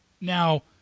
Now